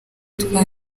twa